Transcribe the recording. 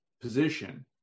position